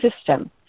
system